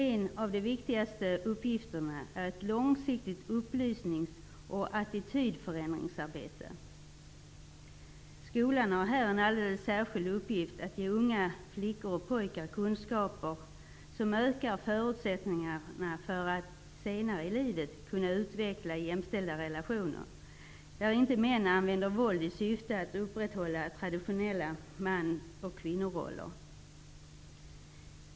En av de viktigaste uppgifterna är ett långsiktigt upplysnings och attitydförändringsarbete. Skolan har i det här sammanhanget en alldeles särskild uppgift att ge unga flickor och pojkar kunskaper som ökar förutsättningarna för att de senare i livet skall kunna utveckla jämställda relationer där inte män använder våld i syfte att upprätthålla traditionella mans och kvinnoroller.